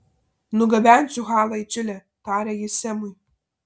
nugabensiu halą į čilę tarė ji semui